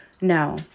no